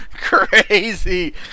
crazy